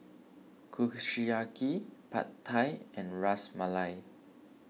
Kushiyaki Pad Thai and Ras Malai